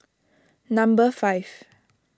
number five